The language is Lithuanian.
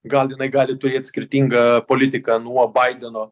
gal jinai gali turėt skirtingą politiką nuo baideno